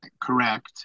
correct